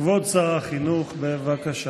אני בטוחה שהם יתמכו בזה.